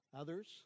Others